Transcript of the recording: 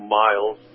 miles